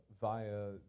via